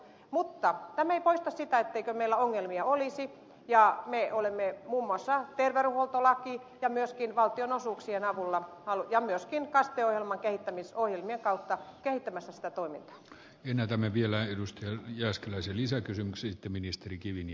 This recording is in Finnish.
mutta tämä ei poista sitä etteikö meillä ongelmia olisi ja me olemme muun muassa terveydenhuoltolain ja myöskin valtionosuuksien avulla ja myöskin kaste ohjelman kehittämisohjelmien kautta käytävästä toimilla ei näytä me vielä edusti jääskeläisen kehittämässä sitä toimintaa